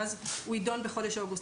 ואז הוא יידון בחודש אוגוסט.